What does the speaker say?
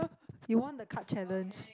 you want the card challenge